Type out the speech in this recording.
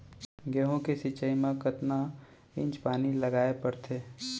गेहूँ के सिंचाई मा कतना इंच पानी लगाए पड़थे?